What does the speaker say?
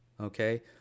okay